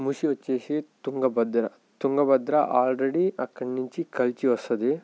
మూసీ వచ్చేసి తుంగభద్ర తుంగభద్ర ఆల్రెడీ అక్కడి నుంచి కలిసి వస్తుంది